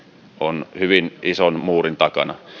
on hyvin ison muurin takana